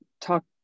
talk